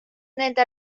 nende